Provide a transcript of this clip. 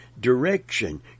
direction